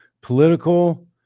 political